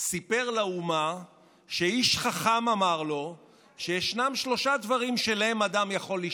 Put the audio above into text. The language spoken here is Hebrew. סיפר לאומה שאיש חכם אמר לו שישנם שלושה דברים שאליהם אדם יכול לשאוף: